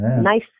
Nice